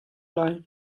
lai